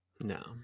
no